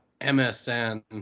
MSN